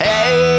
Hey